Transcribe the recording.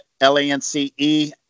L-A-N-C-E